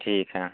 ठीक है